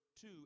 two